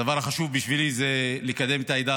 הדבר החשוב בשבילי זה לקדם את העדה